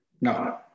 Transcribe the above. No